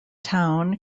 town